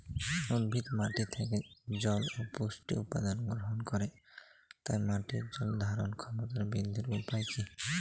উদ্ভিদ মাটি থেকে জল ও পুষ্টি উপাদান গ্রহণ করে তাই মাটির জল ধারণ ক্ষমতার বৃদ্ধির উপায় কী?